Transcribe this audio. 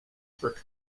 for